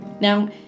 Now